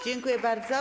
Dziękuję bardzo.